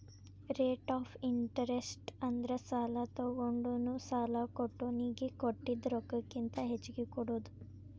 rate of interest ಅಂದ್ರ ಸಾಲಾ ತೊಗೊಂಡೋನು ಸಾಲಾ ಕೊಟ್ಟೋನಿಗಿ ಕೊಟ್ಟಿದ್ ರೊಕ್ಕಕ್ಕಿಂತ ಹೆಚ್ಚಿಗಿ ಕೊಡೋದ್